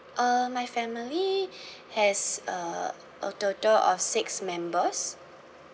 uh my family has a a total of six members